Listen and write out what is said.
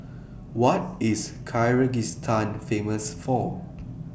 What IS Kyrgyzstan Famous For